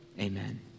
amen